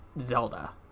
Zelda